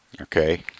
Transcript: Okay